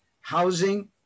housing